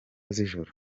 z’ijoro